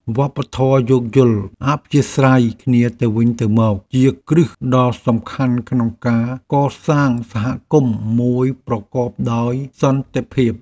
វប្បធម៌យោគយល់អធ្យាស្រ័យគ្នាទៅវិញទៅមកជាគ្រឹះដ៏សំខាន់ក្នុងការកសាងសហគមន៍មួយប្រកបដោយសន្តិភាព។